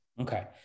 okay